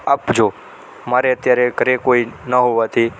આપજો મારે અત્યારે ઘરે કોઈ ન હોવાથી